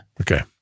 Okay